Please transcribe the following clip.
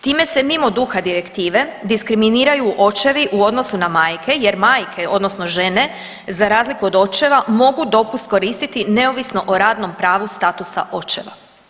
Time se mimo duha direktive diskriminiraju očevi u odnosu na majke jer majke odnosno žene za razliku od očeva mogu dopust koristiti neovisno o radnom pravu statusa očeva.